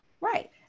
right